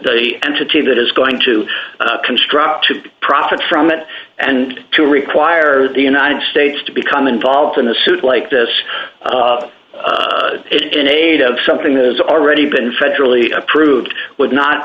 a entity that is going to construct to profit from it and to require the united states to become involved in a suit like this in aid of something that has already been federally approved would not